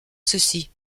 ceci